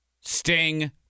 Sting